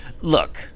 Look